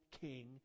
king